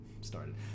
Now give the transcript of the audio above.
started